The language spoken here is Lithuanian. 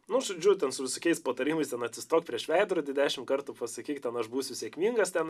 nu žodžiu ten su visokiais patarimais ten atsistok prieš veidrodį dešimt kartų pasakyk ten aš būsiu sėkmingas ten